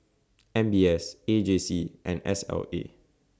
M B S A J C and S L A